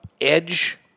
Edge